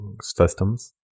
systems